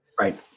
right